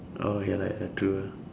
oh ya lah ya lah true ah